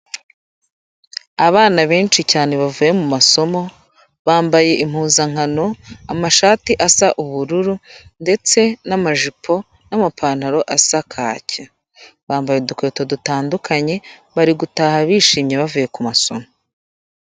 Abana benshi cyane bavuye mu masomo, bambaye impuzankano, amashati asa ubururu ndetse n'amajipo n'amapantaro asa kake. Bambaye udukweto dutandukanye, bari gutaha bishimye bavuye ku masomo.